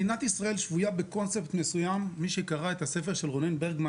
מדינת ישראל שבויה בקונספט מסוים מי שקרא את הספר של רונן ברגמן